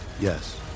Yes